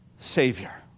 Savior